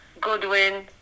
Goodwin